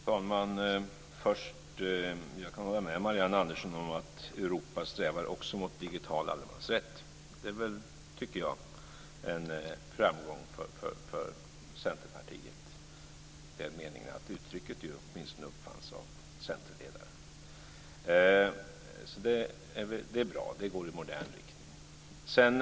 Fru talman! Jag kan hålla med Marianne Andersson om att också Europa strävar mot digital allemansrätt. Det är väl, tycker jag, en framgång för Centerpartiet i den meningen att uttrycket åtminstone uppfanns av centerledaren. Det är bra, det går i modern riktning.